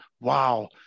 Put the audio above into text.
wow